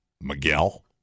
Miguel